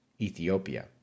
Ethiopia